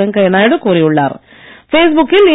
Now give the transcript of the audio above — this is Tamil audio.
வெங்கையா நாயுடு